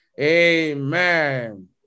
Amen